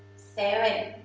seven,